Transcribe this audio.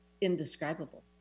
indescribable